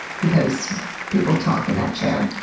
because people talk in that chair.